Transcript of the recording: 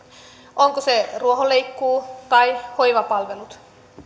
onko se ruohonleikkuu tai hoivapalvelut